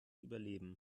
überleben